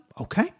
okay